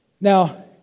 Now